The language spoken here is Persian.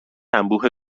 انبوه